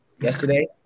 yesterday